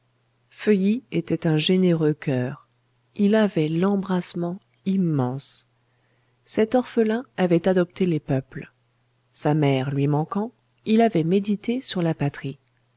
feuilly était un généreux coeur il avait l'embrassement immense cet orphelin avait adopté les peuples sa mère lui manquant il avait médité sur la patrie